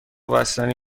بستنی